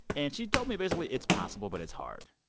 and she told me, basically, it's possible, but it's hard.